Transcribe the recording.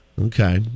Okay